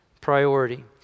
priority